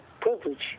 privilege